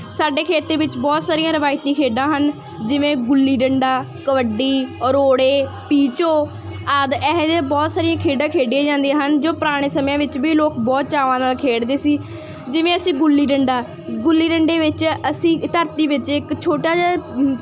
ਸਾਡੇ ਖੇਤਰ ਵਿੱਚ ਬਹੁਤ ਸਾਰੀਆਂ ਰਵਾਇਤੀ ਖੇਡਾਂ ਹਨ ਜਿਵੇਂ ਗੁੱਲੀ ਡੰਡਾ ਕਬੱਡੀ ਰੋੜੇ ਪੀਚੋ ਆਦਿ ਇਹੋ ਜਿਹੇ ਬਹੁਤ ਸਾਰੀਆਂ ਖੇਡਾਂ ਖੇਡੀਆਂ ਜਾਂਦੀਆਂ ਹਨ ਜੋ ਪੁਰਾਣੇ ਸਮਿਆਂ ਵਿੱਚ ਵੀ ਲੋਕ ਬਹੁਤ ਚਾਵਾਂ ਨਾਲ ਖੇਡਦੇ ਸੀ ਜਿਵੇਂ ਅਸੀਂ ਗੁੱਲੀ ਡੰਡਾ ਗੁੱਲੀ ਡੰਡੇ ਵਿੱਚ ਅਸੀਂ ਧਰਤੀ ਵਿੱਚ ਇੱਕ ਛੋਟਾ ਜਿਹਾ